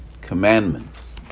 commandments